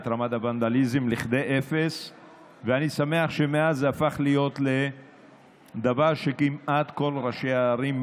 להתייחס לכל אותן לקונות שקיימות בחוק הקיים,